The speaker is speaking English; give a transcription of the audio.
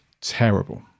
terrible